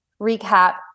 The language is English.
recap